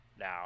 now